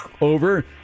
Over